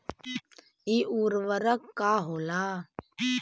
इ उर्वरक का होला?